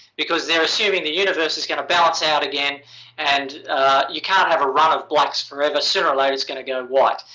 because they're assuming the universe is going to balance out again and you can't have a run of blacks forever. sooner or later, it's going to go white.